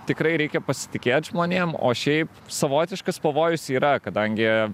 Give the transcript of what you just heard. tikrai reikia pasitikėt žmonėm o šiaip savotiškas pavojus yra kadangi